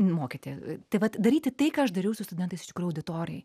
mokyti tai vat daryti tai ką aš dariau su studentais iš tikrųjų auditorijoj